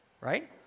right